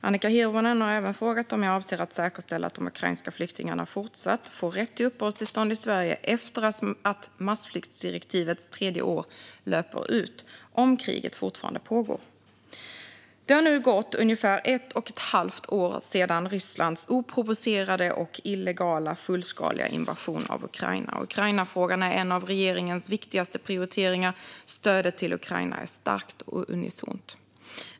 Annika Hirvonen har även frågat om jag avser att säkerställa att de ukrainska flyktingarna fortsatt får rätt till uppehållstillstånd i Sverige efter att massflyktsdirektivets tredje år löper ut, om kriget fortfarande pågår. Det har nu gått ungefär ett och ett halvt år sedan Rysslands oprovocerade och illegala fullskaliga invasion av Ukraina. Ukrainafrågan är en av regeringens viktigaste prioriteringar, och stödet till Ukraina är starkt och unisont.